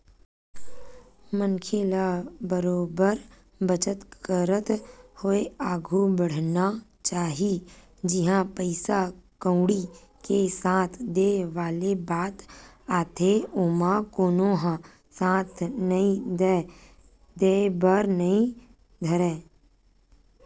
मनखे ल बरोबर बचत करत होय आघु बड़हना चाही जिहाँ पइसा कउड़ी के साथ देय वाले बात आथे ओमा कोनो ह साथ नइ देय बर नइ धरय